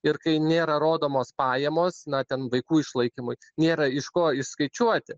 ir kai nėra rodomos pajamos na ten vaikų išlaikymui nėra iš ko išskaičiuoti